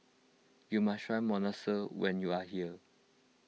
you must try Monsunabe when you are here